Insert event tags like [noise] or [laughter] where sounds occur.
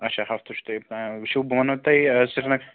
اَچھا ہفتہٕ چھُ تۄہہِ وٕچھُو بہٕ وَنَو تۄہہِ [unintelligible]